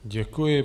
Děkuji.